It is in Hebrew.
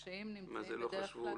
מה זה לא חשבו?